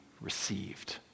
received